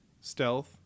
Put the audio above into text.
Stealth